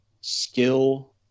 skill